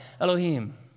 Elohim